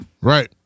Right